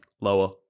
Lower